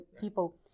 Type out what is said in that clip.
people